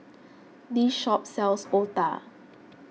this shop sells Otah